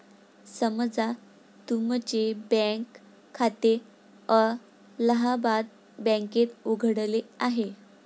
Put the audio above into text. समजा तुमचे बँक खाते अलाहाबाद बँकेत उघडले आहे